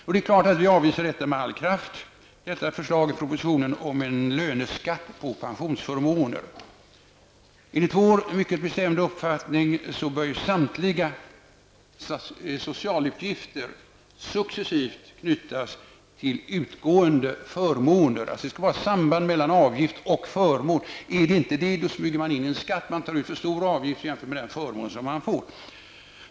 Vi avvisar självfallet med all kraft detta förslag i propositionen om en löneskatt på pensionsförmåner. Enligt vår mycket bestämda uppfattning bör samtliga socialutgifter successivt knytas till utgående förmåner. Det skall vara ett samband mellan avgift och förmån. Om det inte är det, smyger man in en skatt och tar ut en för stor avgift i jämförelse med den förmån man får.